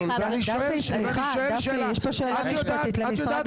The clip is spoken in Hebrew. יש פה את משרד